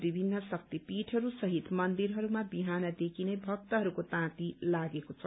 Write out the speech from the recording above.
विभिन्न शक्तिपीठहरू सहित मन्दिरहरूमा विहानदेखि नै भक्तहरूको ताती लागेको छ